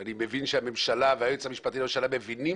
ואני מבין שהממשלה והיועץ המשפטי לממשלה מבינים